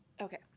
Okay